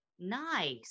nice